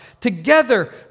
Together